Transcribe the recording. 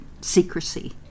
secrecy